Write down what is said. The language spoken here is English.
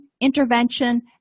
intervention